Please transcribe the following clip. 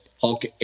Hulk